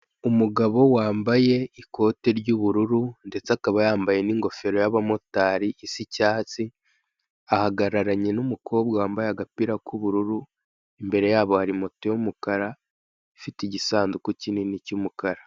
Umugabo wambaye ikote ry'ubururu, ndetse akaba yambaye n'ingofero y'abamotari isa icyatsi, ahagararanye n'umukobwa wambaye agapira k'ubururu, imbere yabo hari moto y'umukara, ifite igisanduku kinini cy'umukara.